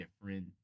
different